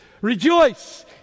Rejoice